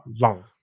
Long